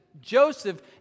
Joseph